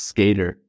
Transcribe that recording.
Skater